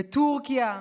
בטורקיה.